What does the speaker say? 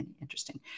interesting